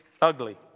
ugly